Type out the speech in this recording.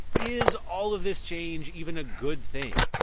is all of this change even a good thing?